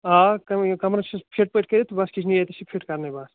آ کمرٕ یہِ کَمرٕ چھِس فِٹ پٲٹھۍ کٔرِتھ بَس کِچنٕے یوٚت چھُ فِٹ کَرنے بَس